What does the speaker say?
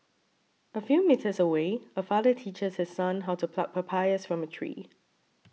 a few metres away a father teaches his son how to pluck papayas from a tree